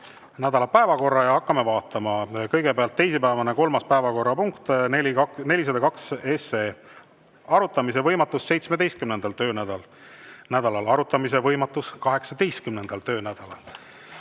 nädala päevakorra ja hakkame vaatama. Kõigepealt, teisipäevane kolmas päevakorrapunkt, 402 SE – arutamise võimatus 17. töönädalal, arutamise võimatus 18. töönädalal.